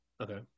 Okay